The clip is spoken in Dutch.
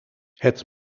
het